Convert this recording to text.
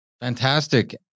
Fantastic